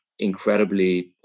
incredibly